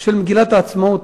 של מגילת העצמאות,